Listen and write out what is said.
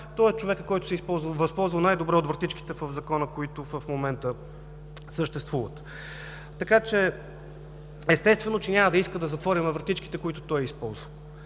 той е човекът, който се възползва най-добре от вратичките в Закона, които в момента съществуват. Така че, естествено, няма да иска да затворим вратичките, които той е използвал.